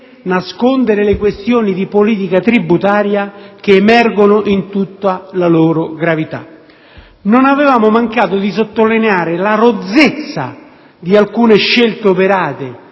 nascondere le questioni di politica tributaria che emergono in tutta la loro gravità. Non avevamo mancato di sottolineare la rozzezza di alcune scelte operate,